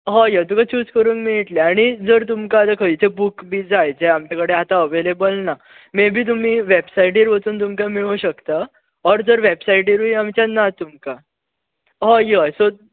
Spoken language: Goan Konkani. हय हय तुका चूस करूंक मेळटले आनी जर तुमकां खंयचे बुक्स बी जाय जे आमचे कडेन आतां अवेलेबल ना मेबी तुमी वेबसायटीर वचून तुमी ते मेळूं शकता ओर जर वेबसायटीरूय आमच्या ना तुमकां हय हय सो